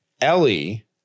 Ellie